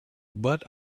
but